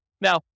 Now